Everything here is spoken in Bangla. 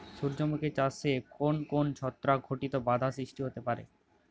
সূর্যমুখী চাষে কোন কোন ছত্রাক ঘটিত বাধা সৃষ্টি হতে পারে?